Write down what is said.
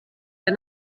der